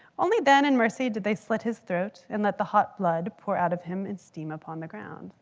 only then in mercy, did they slit his throat and let the hot blood pour out of him and steam upon the ground.